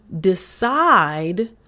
decide